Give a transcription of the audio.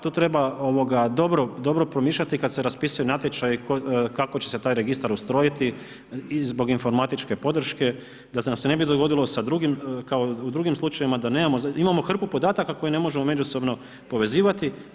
Tu treba, tu treba dobro promišljati kada se raspisuju natječaji kako će se taj registar ustrojiti i zbog informatičke podrške da nam se ne bi dogodilo kao u drugim slučajevima da nemamo, da imamo hrpu podataka koje ne možemo međusobno povezivati.